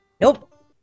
Nope